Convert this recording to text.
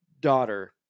daughter